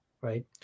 right